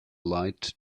light